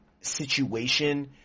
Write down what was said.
situation